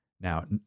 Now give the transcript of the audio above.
Now